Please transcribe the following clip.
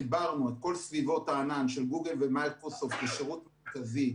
חיברנו את כל סביבות הענן של גוגל ומייקרוסופט לשירות הקווי.